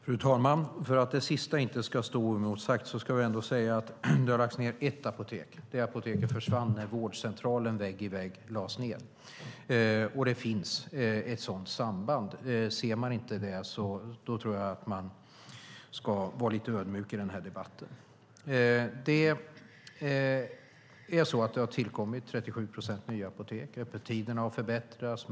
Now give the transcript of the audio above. Fru talman! För att det sista inte ska stå oemotsagt ska jag ändå säga att det har lagts ned ett apotek. Det apoteket försvann när vårdcentralen vägg i vägg lades ned. Det finns ett sådant samband. Ser man inte det tror jag att man ska vara lite ödmjuk i den här debatten. Det har tillkommit 37 procent nya apotek. Öppettiderna har förbättrats.